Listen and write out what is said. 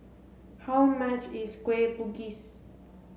how much is Kueh Bugis